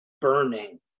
burning